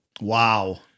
Wow